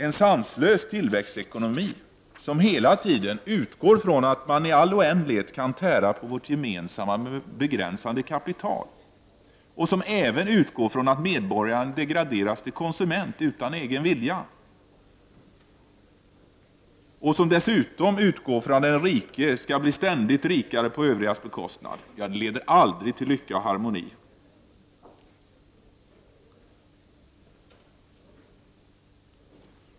En sanslös tillväxtekonomi, som hela tiden utgår från att man i all oändlighet kan tära på vårt gemensamma men begränsade kapital och som även utgår från att medborgarna degraderas till konsumenter utan egen vilja och som dessutom utgår från att den rike ständigt skall bli rikare på de övrigas bekostnad, leder aldrig till lycka och harmoni.